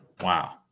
Wow